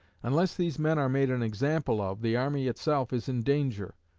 unless these men are made an example of, the army itself is in danger.